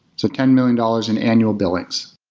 so ten million dollars in annual billings.